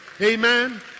Amen